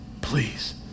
please